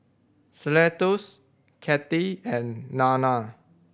Cletus Cathy and Nana